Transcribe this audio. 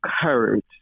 courage